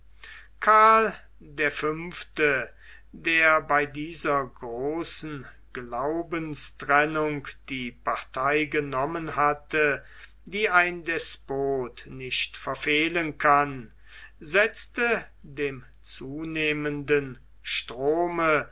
karl der fünfte der bei dieser großen glaubenstrennung die partie genommen hatte die ein despot nicht verfehlen kann setzte dem zunehmenden strome